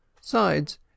Sides